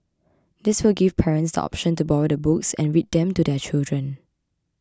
this will give parents the option to borrow the books and read them to their children